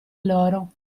loro